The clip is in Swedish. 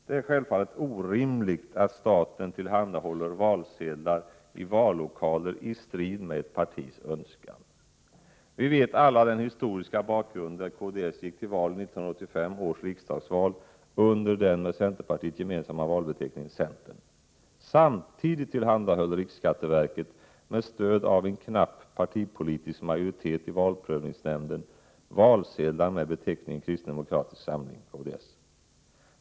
Det är självfallet orimligt att staten tillhandahåller valsedlar i vallokaler i strid med ett partis önskan. Vi känner alla till den historiska bakgrunden, när kds gick till val i 1985 års riksdagsval under den med centerpartiet gemensamma valbeteckningen Centern. Samtidigt tillhandahöll riksskatteverket med stöd av en knapp partipolitisk majoritet i valprövningsnämnden valsedlar med beteckningen Kristen demokratisk samling.